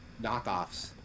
knockoffs